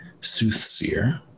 soothsayer